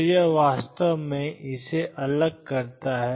तो यह वास्तव में इसे अलग करता है